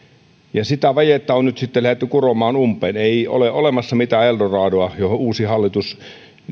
ja sitä vajetta on nyt sitten lähdetty kuromaan umpeen ei ole olemassa mitään eldoradoa josta uusi hallitus